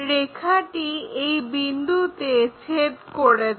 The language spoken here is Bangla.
রেখাটি এই বিন্দুতে ছেদ করেছে